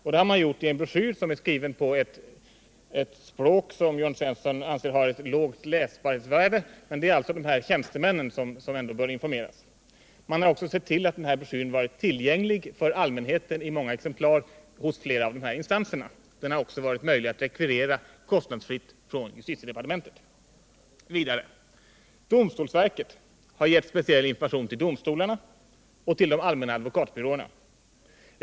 Informationen återfinns i en broschyr som är skriven på ett språk som, enligt vad Jörn Svensson anser, har ett lågt läsbarhetsvärde. Men med denna broschyr är det tjänstemännen som informeras. Man har också sett till att broschyren varit tillgänglig för allmänheten i många exemplar hos flera av dessa instanser. Det har också varit möjligt att kostnadsfritt rekvirera den från justitiedepartementet. Domstolsverket har gett speciell information till domstolarna och de allmänna advokatbyråerna.